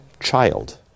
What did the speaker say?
child